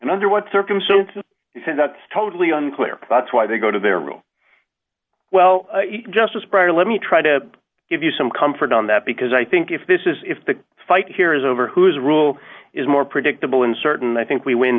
and under what circumstances he said that's totally unclear that's why they go to their room well justice breyer let me try to give you some comfort on that because i think if this is if the fight here is over whose rule is more predictable and certain i think we win